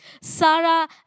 Sarah